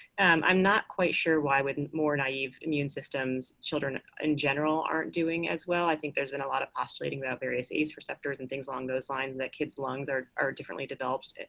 i'm not quite sure why with more naive immune systems, children in general aren't doing as well. i think there's been a lot of postulating about various h receptors and things along those lines that kids' lungs are are differently developed